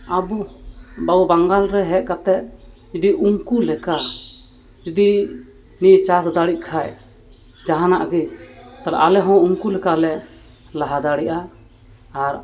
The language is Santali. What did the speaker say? ᱟᱵᱚ ᱟᱵᱚ ᱵᱟᱝᱜᱟᱞ ᱨᱮ ᱦᱮᱡ ᱠᱟᱛᱮᱫ ᱡᱚᱫᱤ ᱩᱱᱠᱩ ᱞᱮᱠᱟ ᱡᱚᱫᱤ ᱱᱤᱭᱟᱹ ᱪᱟᱥ ᱫᱟᱲᱮᱜ ᱠᱷᱟᱱ ᱡᱟᱦᱟᱱᱟᱜ ᱜᱮ ᱛᱟᱦᱚᱞᱮ ᱟᱞᱮ ᱦᱚᱸ ᱩᱱᱠᱩ ᱞᱮᱠᱟ ᱞᱮ ᱞᱟᱦᱟ ᱫᱟᱲᱮᱭᱟᱜᱼᱟ ᱟᱨ